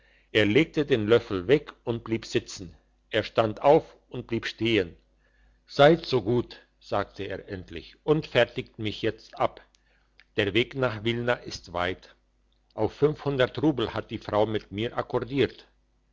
er legte den löffel weg und blieb sitzen er stand auf und blieb stehen seid so gut sagte er endlich und fertigt mich jetzt ab der weg nach wilna ist weit auf fünfhundert rubel hat die frau mit mir akkordiert